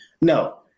No